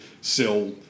sell